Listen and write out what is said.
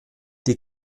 die